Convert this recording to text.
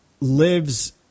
lives